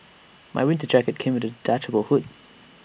my winter jacket came with A detachable hood